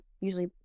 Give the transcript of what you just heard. usually